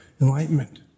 enlightenment